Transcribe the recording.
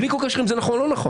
בלי כל קשר אם זה נכון או לא נכון,